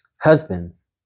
Husbands